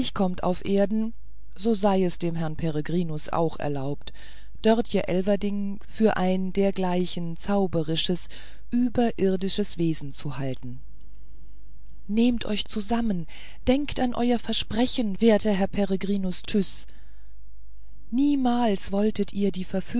kommt auf erden so sei es dem herrn peregrinus auch erlaubt dörtje elverdink für ein dergleichen zauberisches überirdisches wesen zu halten nehmt euch zusammen denkt an euer versprechen werter herr peregrinus tyß niemals wolltet ihr